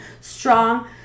strong